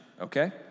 okay